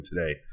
today